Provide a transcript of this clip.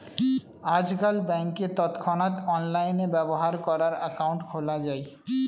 আজকাল ব্যাংকে তৎক্ষণাৎ অনলাইনে ব্যবহার করার অ্যাকাউন্ট খোলা যায়